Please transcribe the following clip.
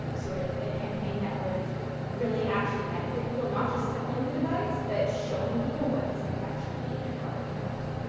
um sort of a campaign that would really actually benefit people. not just selling the device, but showing people what these things actually mean and how they can help them.